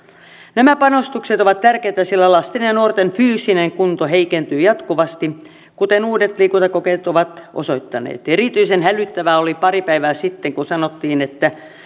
nämä panostukset ovat tärkeitä sillä lasten ja nuorten fyysinen kunto heikentyy jatkuvasti kuten uudet liikuntakokeilut ovat osoittaneet erityisen hälyttävää oli pari päivää sitten kun sanottiin että